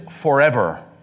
forever